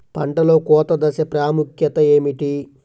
పంటలో కోత దశ ప్రాముఖ్యత ఏమిటి?